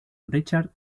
richard